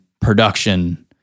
production